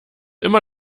immer